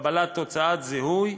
וקבלת תוצאת זיהוי,